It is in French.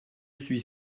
suis